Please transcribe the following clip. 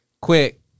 quick